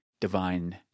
divine